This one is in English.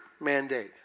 mandate